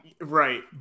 Right